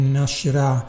nascerà